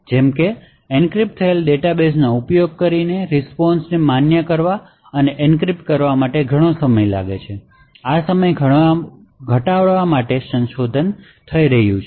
કેમકે એન્ક્રિપ્ટ થયેલ ડેટાબેઝ નો ઉપયોગ કરીને રીસ્પોન્શને માન્ય કરવા અને એન્ક્રિપ્ટ કરવા માટે ઘણો સમય લાગે છે આ સમય ઘટાડવા માટે ઘણું સંશોધન થઈ રહ્યું છે